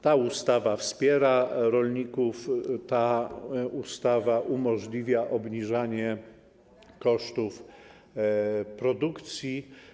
Ta ustawa wspiera rolników, ta ustawa umożliwia obniżenie kosztów produkcji.